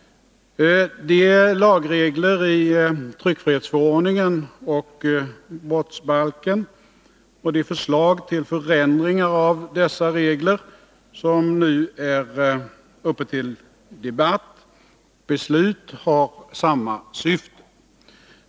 De lagregler i tryckfrihetsförordningen och brottsbalken och de förslag till förändringar av dessa regler som nu är uppe till debatt och beslut har samma syfte.